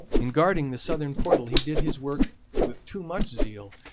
in guarding the southern portal he did his work with too much zeal,